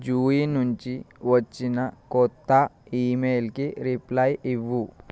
జూయి నుంచి వచ్చిన కొత్త ఇమెయిల్కి రిప్లై ఇవ్వు